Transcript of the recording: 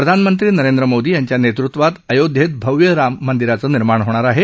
प्रधानमंत्री नरेंद्र मोदी यांच्या नेतृत्वात अयोध्येत भव्य राम मंदिराचं निर्माण होणार आहे